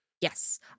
yes